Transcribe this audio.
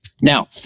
Now